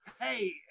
Hey